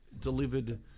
delivered